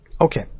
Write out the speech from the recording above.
Okay